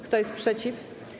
Kto jest przeciw?